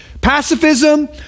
pacifism